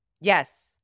Yes